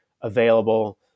available